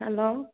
hello